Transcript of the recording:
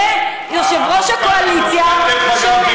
ועולה יושב-ראש הקואליציה, שמאז, המפכ"ל, דרך אגב,